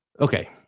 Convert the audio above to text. Okay